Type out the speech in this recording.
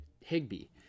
Higby